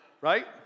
right